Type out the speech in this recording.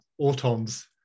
Autons